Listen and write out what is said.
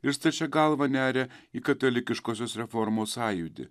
ir stačia galva neria į katalikiškosios reformos sąjūdį